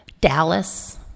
Dallas